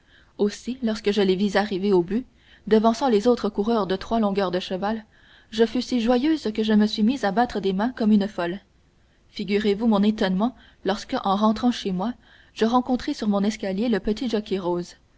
aussi lorsque je les vis arriver au but devançant les autres coureurs de trois longueurs de cheval je fus si joyeuse que je me mis à battre des mains comme une folle figurez-vous mon étonnement lorsque en rentrant chez moi je rencontrai sur mon escalier le petit